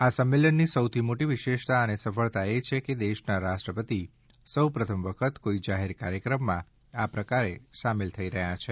આ સંમેલનની સૌથી મોટી વિશેષતા અને સફળતા એ છે કે દેશના રાષ્ટ્રપતિશ્રી સૌપ્રથમ વખત કોઇ જાહેર કાર્યક્રમમાં આ પ્રકારે સામેલ થઈ રહ્યા છે